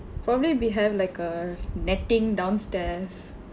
probably be have like a netting downstairs